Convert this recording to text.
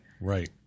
Right